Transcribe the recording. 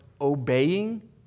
obeying